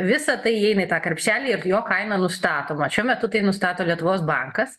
visa tai įeina į tą krepšelį ir jo kaina nustatoma šiuo metu tai nustato lietuvos bankas